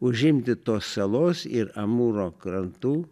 užimti tos salos ir amūro krantų